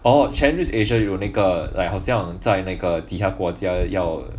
oh channel news asia 有那个 like 好像在那个其他国家要